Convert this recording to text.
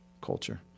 culture